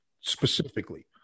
specifically